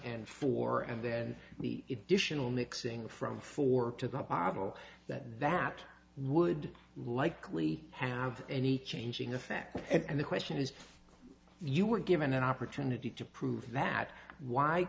and four and then the edition will mixing from four to the model that that would likely have any changing effect and the question is you were given an opportunity to prove that why